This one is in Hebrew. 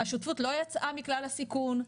השותפות לא יצאה מכלל הסיכון,